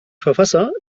verfasser